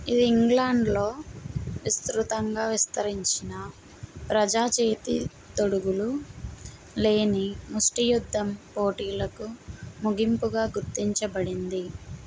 ఇది ఇంగ్లాండ్లో విస్తృతంగా విస్తరించిన ప్రజా చేతి తొడుగులు లేని ముష్టి యుద్ధం పోటీలకు ముగింపుగా గుర్తించబడింది